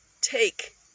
take